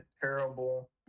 Terrible